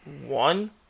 one